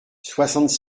soixante